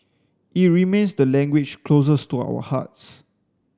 it remains the language closest to our hearts